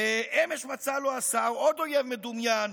אמש מצא לו השר עוד אויב מדומיין,